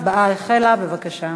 ההצבעה החלה, בבקשה.